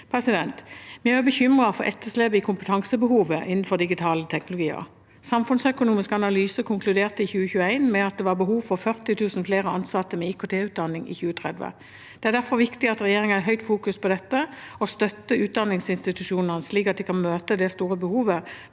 Vi er også bekymret for etterslepet i kompetansebehovet innenfor digitale teknologier. Samfunnsøkonomisk analyse konkluderte i 2021 med at det var behov for 40 000 flere ansatte med IKT-utdanning i 2030. Det er derfor viktig at regjeringen har sterkt fokus på dette og støtter utdanningsinstitusjonene, slik at de kan møte det store behovet